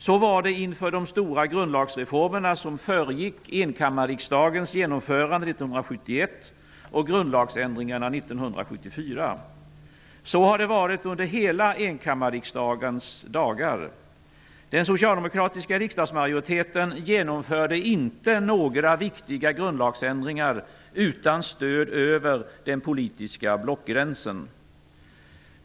Så var det inför det stora grundlagsreformer som föregick enkammarriksdagens genomförande 1971 och grundlagsändringarna 1974. Så har det varit under hela enkammarriksdagens dagar. Den socialdemokratiska riksdagsmajoriteten genomförde inte några viktiga grundlagsändringar utan stöd över den politiska blockgränsen.